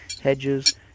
hedges